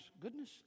goodness